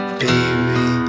baby